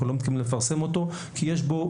אנחנו לא מתכוונים לפרסם אותו כי יש בו,